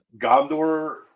Gondor